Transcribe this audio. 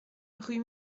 rue